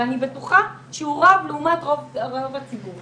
ואני בטוחה שהוא רב לעומת רוב הציבור